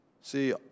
see